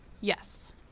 Yes